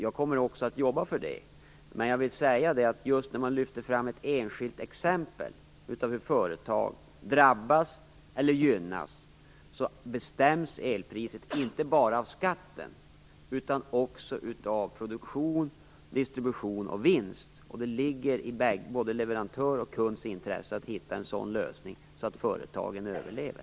Jag kommer att jobba för det. När man lyfter fram ett enskilt exempel på hur ett företag drabbas eller gynnas vill jag nämna att elpriset inte bara bestäms av skatter utan också av produktion, distribution och vinst. Det ligger i både leverantörs och kunds intresse att hitta en sådan lösning att företagen överlever.